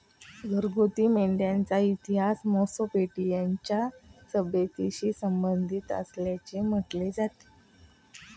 घरगुती मेंढ्यांचा इतिहास मेसोपोटेमियाच्या सभ्यतेशी संबंधित असल्याचे म्हटले जाते